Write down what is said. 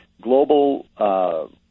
global